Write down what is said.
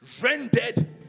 rendered